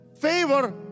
favor